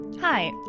Hi